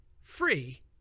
free